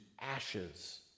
ashes